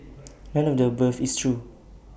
none of the above is true